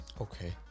Okay